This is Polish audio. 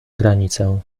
granicę